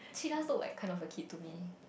she does look like kind of a kid to me